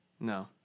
No